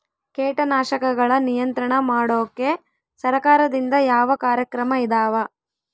ಕೇಟನಾಶಕಗಳ ನಿಯಂತ್ರಣ ಮಾಡೋಕೆ ಸರಕಾರದಿಂದ ಯಾವ ಕಾರ್ಯಕ್ರಮ ಇದಾವ?